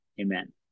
Amen